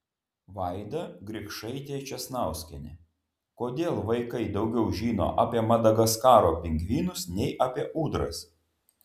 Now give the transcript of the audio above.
vaida grikšaitė česnauskienė kodėl vaikai daugiau žino apie madagaskaro pingvinus nei apie ūdras